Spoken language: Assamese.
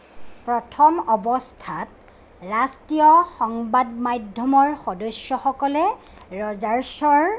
প্ৰথম অৱস্থাত ৰাষ্ট্ৰীয় সংবাদ মাধ্যমৰ সদস্যসকলে ৰজাৰ্ছৰ